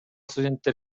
студенттер